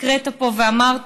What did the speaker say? הקראת פה ואמרת.